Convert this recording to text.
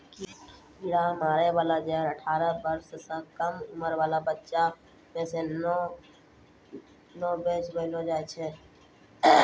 कीरा मारै बाला जहर अठारह बर्ष सँ कम उमर क बच्चा सें नै बेचबैलो जाय छै